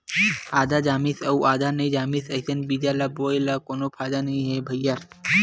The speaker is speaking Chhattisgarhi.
आधा जामिस अउ आधा नइ जामिस अइसन बीजा ल बोए ले कोनो फायदा नइ हे न भईर